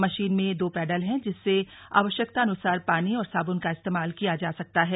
machine में दो pedal हैं जिनसे आवश्यकतान्सार पानी और साब्न का इस्तेमाल किया जा सकता है